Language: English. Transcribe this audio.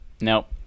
Nope